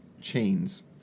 chains